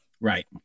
Right